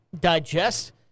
digest